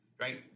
right